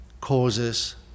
causes